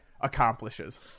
accomplishes